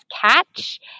catch